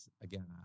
again